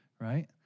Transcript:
right